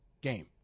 game